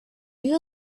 you